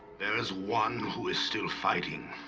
there is one who is still fighting